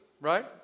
right